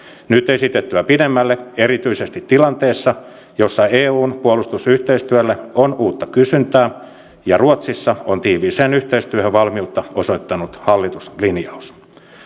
nyt esitettyä pidemmälle erityisesti tilanteessa jossa eun puolustusyhteistyölle on uutta kysyntää ja ruotsissa on tiiviiseen yhteistyöhön valmiutta osoittanut hallituslinjaus